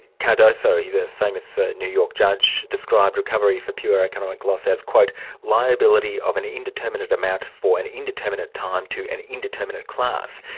cardozo he's a famous new york judge described recovery for pure economic loss as liability of an indeterminate amount for an indeterminate time to an indeterminate class.